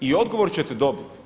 I odgovor ćete dobiti.